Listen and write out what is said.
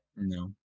No